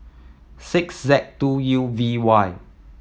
six Z two U V Y